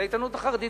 גם בעיתונות החרדית,